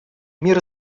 мир